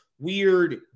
weird